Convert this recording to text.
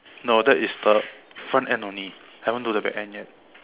no that is the front end only haven't do the back end yet